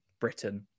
Britain